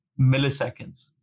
milliseconds